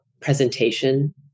presentation